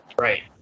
Right